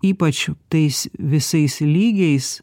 ypač tais visais lygiais